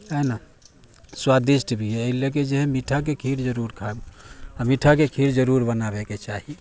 है ने स्वादिष्ट भी हइ एहि लेके जे हइ मीठाके खीर जरुर खायब आ मीठाके खीर जरुर बनाबेके चाही